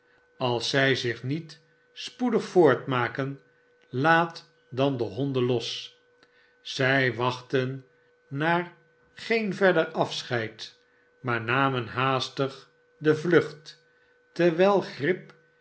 als zij zich niet spoedig voortmaken laat dan de hondenlos zij wachtten naar geen verder afscheid maar namen haastig de vlucht terwijl grip